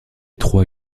trois